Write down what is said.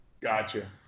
Gotcha